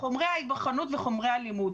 חומרי ההיבחנות וחומרי הלימוד.